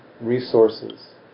resources